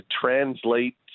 translate